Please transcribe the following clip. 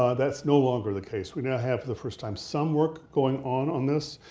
ah that's no longer the case. we now have for the first time some work going on on this.